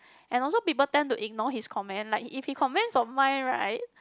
and also people tend to ignore his comment like if he comments on mine right